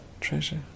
treasure